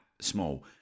small